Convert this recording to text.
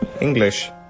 English